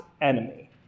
enemy